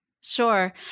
Sure